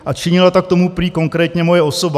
A činila tak prý konkrétně moje osoba.